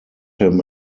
him